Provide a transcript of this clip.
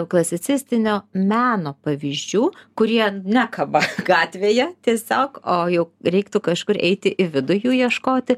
klasicistinio meno pavyzdžių kurie nekalba gatvėje tiesiog o jau reiktų kažkur eiti į vidų jų ieškoti